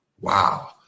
Wow